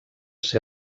ser